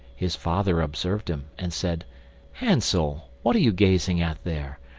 his father observed him, and said hansel, what are you gazing at there,